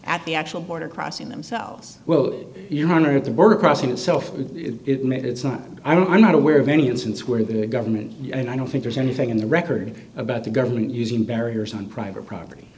the actual border crossing themselves well your honor at the border crossing itself it made it's not i'm not aware of any instance where the government and i don't think there's anything in the record about the government using barriers on private property